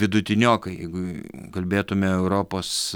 vidutiniokai jeigu kalbėtume europos